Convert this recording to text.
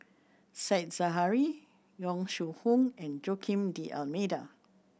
Said Zahari Yong Shu Hoong and Joaquim D'Almeida